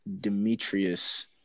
Demetrius